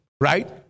right